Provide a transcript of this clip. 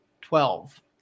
twelve